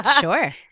Sure